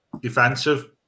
defensive